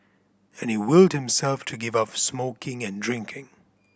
and he willed himself to give up smoking and drinking